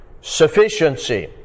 sufficiency